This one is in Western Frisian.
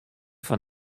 fan